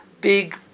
big